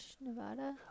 Nevada